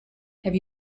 have